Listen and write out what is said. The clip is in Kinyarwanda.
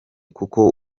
kuko